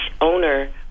owner